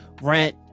rent